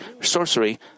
sorcery